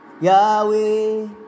Yahweh